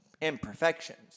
imperfections